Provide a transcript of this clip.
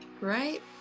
right